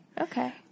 Okay